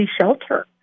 shelter